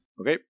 Okay